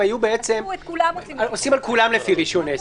הם היו עושים על כולם לפי רישיון עסק,